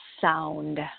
sound